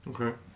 okay